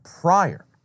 prior